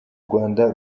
rwanda